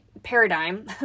paradigm